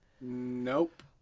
Nope